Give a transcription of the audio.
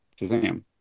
Shazam